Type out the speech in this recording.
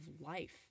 life